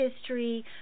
history